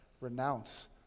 renounce